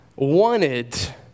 wanted